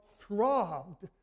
throbbed